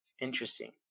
interesting